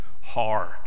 hard